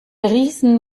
riesen